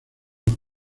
los